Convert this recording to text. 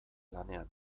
lanean